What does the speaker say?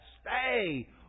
Stay